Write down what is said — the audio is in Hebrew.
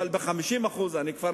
אבל ב-50% לפחות